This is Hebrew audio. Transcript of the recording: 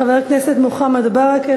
חבר הכנסת מוחמד ברכה,